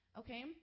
okay